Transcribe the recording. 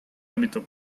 ámbito